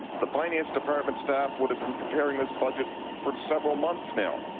the finance department staff would have been comparing this budget for several months now.